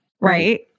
Right